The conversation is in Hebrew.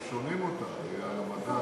שומעים אותך: יהיה על המדף.